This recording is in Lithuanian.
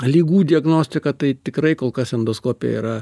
ligų diagnostiką tai tikrai kol kas endoskopija yra